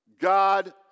God